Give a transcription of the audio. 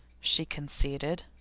she conceded.